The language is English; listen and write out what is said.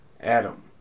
Adam